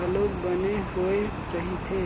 घलोक बने होय रहिथे